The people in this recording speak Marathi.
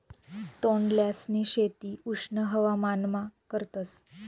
तोंडल्यांसनी शेती उष्ण हवामानमा करतस